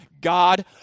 God